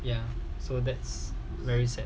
ya so that's very sad